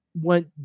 went